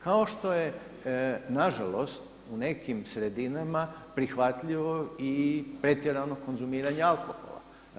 Kao što je na žalost u nekim sredinama prihvatljivo i pretjerano konzumiranje alkohola.